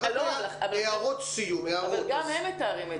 אבל גם הם מתארים את זה.